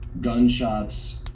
gunshots